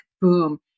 boom